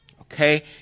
Okay